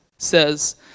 Says